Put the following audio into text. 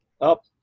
up